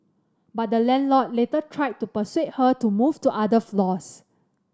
but the landlord later tried to persuade her to move to other floors